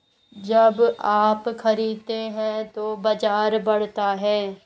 जब आप खरीदते हैं तो बाजार बढ़ता है